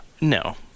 No